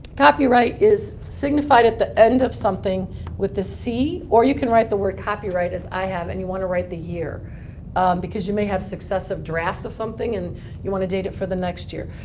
copyright is signified at the end of something with the c, or you can write the word copyright, as i have, and you want to write the year because you may have successive drafts of something and you want to date it for the next year.